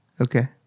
Okay